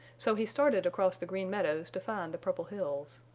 so he started across the green meadows to find the purple hills.